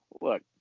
Look